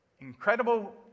incredible